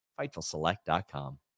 FightfulSelect.com